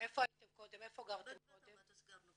איפה גרתם קודם?